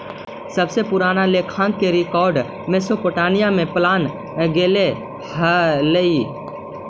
सबसे पूरान लेखांकन के रेकॉर्ड मेसोपोटामिया में पावल गेले हलइ